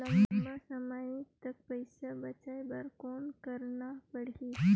लंबा समय तक पइसा बचाये बर कौन करना पड़ही?